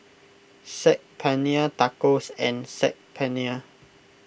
Saag Paneer Tacos and Saag Paneer